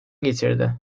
getirdi